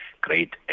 great